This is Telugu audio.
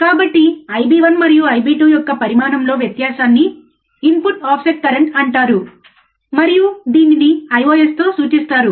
కాబట్టి I b1 మరియు I b2 యొక్క పరిమాణంలో వ్యత్యాసాన్ని ఇన్పుట్ ఆఫ్సెట్ కరెంట్ అంటారు మరియు దీనిని Ios తో సూచిస్తారు